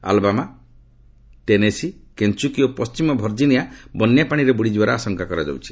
Alabama Tennessee Kentucky ଓ ପଶ୍ଚିମ Virginia ବନ୍ୟାପାଣିରେ ବୁଡ଼ିଯିବାର ଆଶଙ୍କା କରାଯାଇଛି